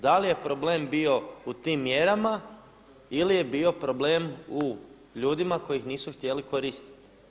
Da li je problem bio u tim mjerama ili je bio problem u ljudima koji ih nisu htjeli koristiti.